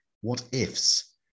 what-ifs